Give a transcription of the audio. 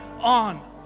on